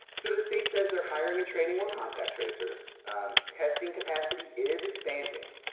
sort of state says they're hiring and training more contact tracers. and testing capacity is expanding,